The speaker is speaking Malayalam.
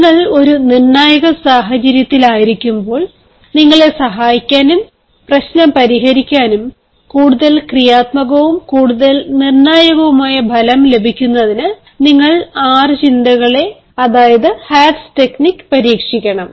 നിങ്ങൾ ഒരു നിർണായക സാഹചര്യത്തിലായിരിക്കുമ്പോൾ നിങ്ങളെ സഹായിക്കാനും പ്രശ്നം പരിഹരിക്കാനും കൂടുതൽ ക്രിയാത്മകവും കൂടുതൽ നിർണായകവുമായ ഫലം ലഭിക്കുന്നതിന് നിങ്ങൾ 6 ചിന്തകളെന്ന ഹാറ്റ്സ് ടെക്നിക് പരീക്ഷിക്കണം